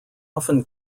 often